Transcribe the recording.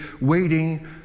waiting